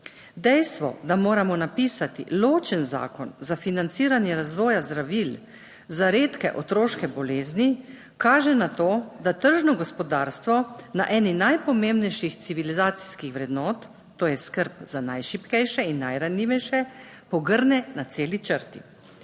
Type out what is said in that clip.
Dejstvo, da moramo napisati ločen zakon za financiranje razvoja zdravil za redke otroške bolezni kaže na to, da tržno gospodarstvo na eni najpomembnejših civilizacijskih vrednot, to je skrb za najšibkejše in najranljivejše, pogrne na celi črti.